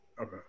okay